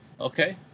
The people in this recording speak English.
okay